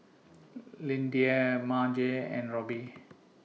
Lyndia Marge and Robby